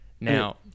Now